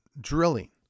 drilling